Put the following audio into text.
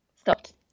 Stopped